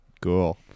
cool